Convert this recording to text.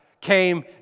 came